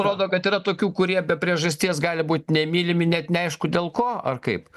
rodo kad yra tokių kurie be priežasties gali būt nemylimi net neaišku dėl ko ar kaip